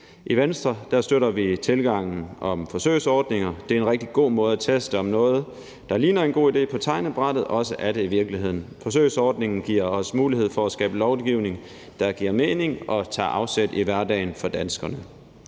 I Venstre støtter vi tiltaget om forsøgsordninger. Det er en rigtig god måde at teste på, om noget, der ligner en god idé på tegnebrættet, også er det i virkeligheden. Forsøgsordningen giver os mulighed for at skabe lovgivning, der giver mening og tager afsæt i hverdagen for danskerne.